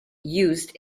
used